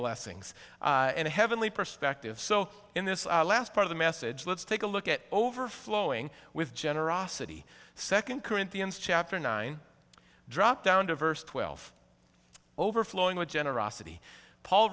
blessings and a heavenly perspective so in this last part of the message let's take a look at overflowing with generosity second corinthians chapter nine drop down to verse twelve overflowing with generosity paul